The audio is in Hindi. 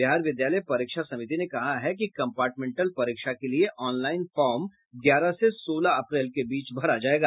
बिहार विद्यालय परीक्षा समिति ने कहा है कि कम्पार्टमेंटल परीक्षा के लिए ऑनलाईन फार्म ग्यारह से सोलह अप्रैल के बीच भरा जायेगा